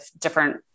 different